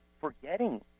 forgetting